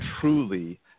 truly